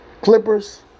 Clippers